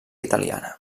italiana